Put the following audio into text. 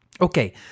Okay